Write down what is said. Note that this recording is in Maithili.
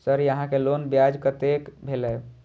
सर यहां के लोन ब्याज कतेक भेलेय?